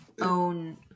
own